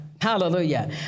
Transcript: Hallelujah